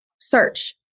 search